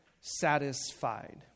Satisfied